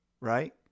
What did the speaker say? right